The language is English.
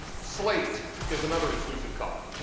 slate is another exclusive color.